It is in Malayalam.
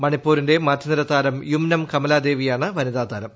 മണിപ്പൂരിന്റെ മധ്യനിരതാരം യുമ്നം കമല ദേവിയാണ് വനിതാ താരം